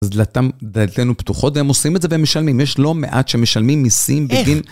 אז דלתינו פתוחות, הם עושים את זה והם משלמים, יש לא מעט שמשלמים ניסים בגין...